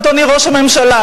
אדוני ראש הממשלה,